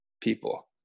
people